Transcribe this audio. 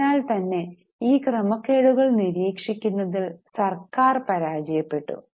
അതിനാൽ തന്നെ ഈ ക്രമക്കേടുകൾ നിരീക്ഷിക്കുന്നതിൽ സർക്കാർ പരാജയപെട്ടു